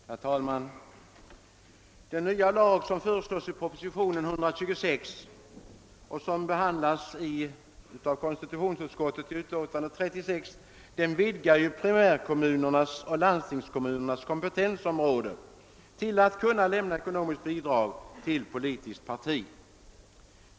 Herr talman! Den nya lag som föreslås i propositionen 126 och som behandlats av konstitutionsutskottet i dess utlåtande nr 36 vidgar primärkommunernas och landstingskommunernas kompetensområde till att kunna lämna ekonomiskt bidrag till politiskt parti.